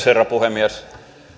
herra puhemies